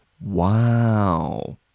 Wow